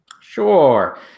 Sure